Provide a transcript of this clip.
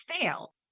fail